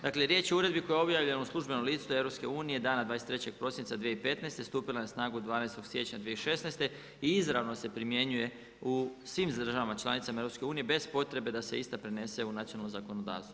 Dakle riječ je o uredbi koja je objavljena u službenom listu EU dana 23. prosinca 2015., stupila je na snagu dana 12. siječnja 2016. i izravno se primjenjuje u svim državama članicama EU bez potrebe da se ista prenese u nacionalno zakonodavstvo.